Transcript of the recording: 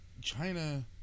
China